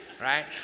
right